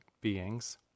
beings